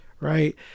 right